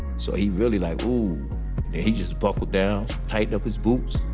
so he really like, ooh. and he just buckled down, tightened up his boots.